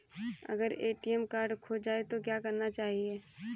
अगर ATM card खो जाए तो क्या करना चाहिए?